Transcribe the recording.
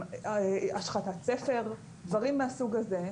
השחתת ספר ודברים מהסוג הזה,